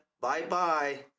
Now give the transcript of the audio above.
bye-bye